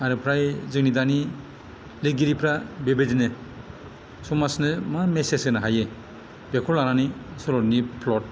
आरो फ्राय जोंनि दानि लिरगिरिफ्रा बेबायदिनो समाजनो मेसेज होनो हायो बेखौ लानानै सल'नि प्ल'ट